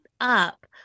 up